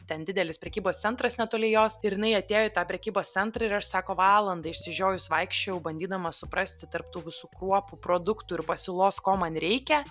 ten didelis prekybos centras netoli jos ir jinai atėjo į tą prekybos centrą ir aš sako valandą išsižiojus vaikščiojau bandydama suprasti tarp tų visų kruopų produktų ir pasiūlos ko man reikia